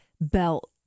belt